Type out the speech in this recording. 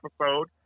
episode